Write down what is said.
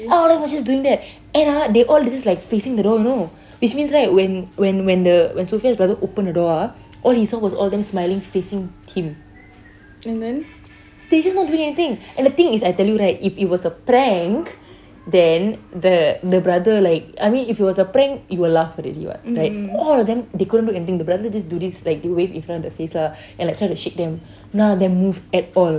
all of them was just doing that and ah they all just like facing the door you know which means right when when the sophia's brother open the door ah all he saw was all of them smiling facing him they just not doing anything and the thing is I tell you right if it was a prank then the the brother like I mean if it was a prank they will laugh already [what] right all of them they go and look the brother just do this like wave in front of the face and try to shake them none of them move at all